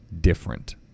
different